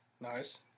Nice